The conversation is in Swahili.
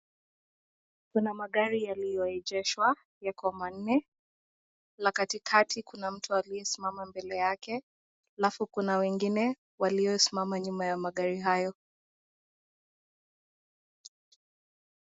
kuna magari yalio egeshwa yako manne, la katitkati kuna mtu aliye simama mbele yake alafu kuna mwingine walio simama nyuma ya magari hayo.